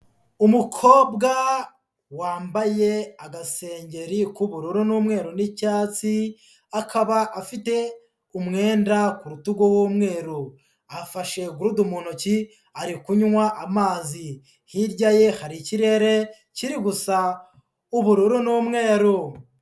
Umukobwa wambaye agasengeri k'ubururu n'umweru n'icyatsi, akaba afite umwenda ku rutugu w'umweru. Afashe gurudu mu ntoki ari kunywa amazi. Hirya ye hari ikirere kiri gusa ubururu n'umweru.